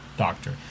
doctor